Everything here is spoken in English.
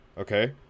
Okay